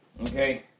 okay